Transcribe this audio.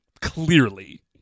Clearly